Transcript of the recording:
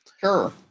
Sure